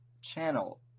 channel